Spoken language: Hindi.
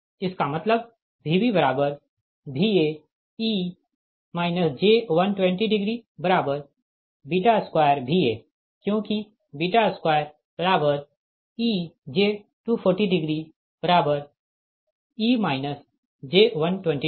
इसका मतलब VbVae j1202Va क्योंकि 2ej240e j120